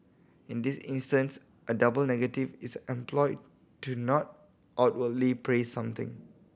in this instance a double negative is employed to not outwardly praise something